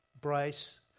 Bryce